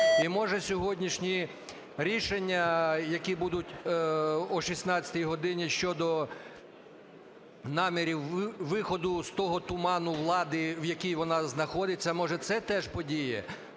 і може сьогоднішні рішення, які будуть о 16 годині щодо намірів виходу з того туману влади, в якій вона знаходиться, може це теж подіє.